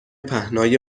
پهنای